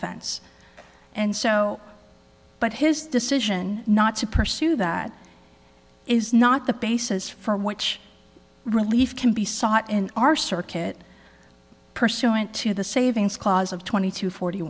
offense and so but his decision not to pursue that is not the basis for which relief can be sought in our circuit pursuant to the savings clause of twenty two forty